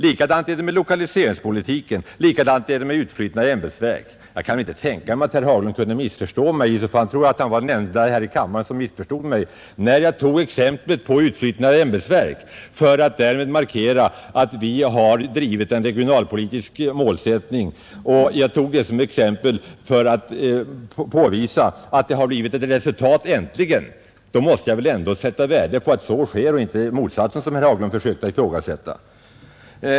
Likadant är det med lokaliseringspolitiken och med utflyttningen av ämbetsverk. Jag kan inte tänka mig att herr Haglund kunde missförstå mig — i så fall tror jag att han är den ende här i kammaren som gjorde det — när jag tog utflyttningen av ämbetsverk som exempel för att därmed markera att vi har en regionalpolitisk målsättning och påvisa att det äntligen har blivit ett resultat. Jag måste väl ändå sätta värde på att så sker och inte motsatsen, som herr Haglund försökte göra gällande.